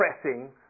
pressing